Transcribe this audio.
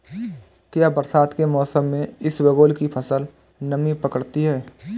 क्या बरसात के मौसम में इसबगोल की फसल नमी पकड़ती है?